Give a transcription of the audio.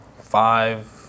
five